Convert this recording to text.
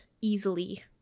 easily